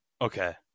Okay